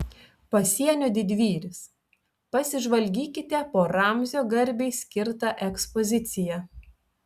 pasienio didvyris pasižvalgykite po ramzio garbei skirtą ekspoziciją